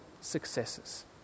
successes